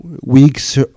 weeks